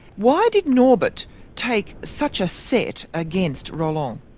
why did norbert take such a set against roland?